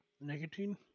nicotine